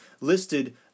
listed